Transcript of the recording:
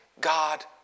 God